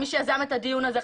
מי שיזם את הדיון הזה,